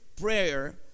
prayer